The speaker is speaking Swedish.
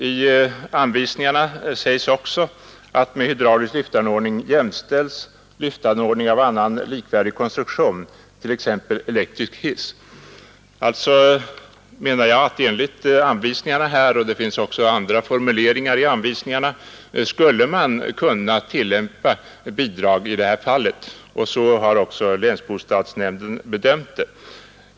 I anvisningarna sägs att med hydraulisk lyftanordning jämställs lyftanordning av annan likvärdig konstruktion, t.ex. elektrisk hiss. Jag menar därför att man enligt dessa och andra formuleringar i anvisningarna skulle kunna ge bidrag i detta fall. Så har länsbostadsnämnden bedömt saken.